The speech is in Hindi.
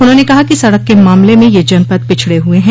उन्होंने कहा कि सड़क के मामले में यह जनपद पिछड़े हुए हैं